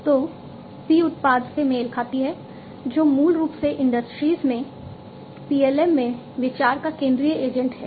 तो P उत्पाद से मेल खाती है जो मूल रूप से इंडस्ट्रीज है